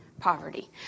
Poverty